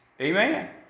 Amen